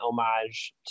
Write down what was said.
homage